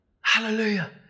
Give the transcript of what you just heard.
Hallelujah